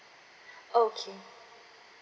okay